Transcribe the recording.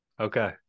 Okay